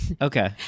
okay